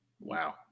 Wow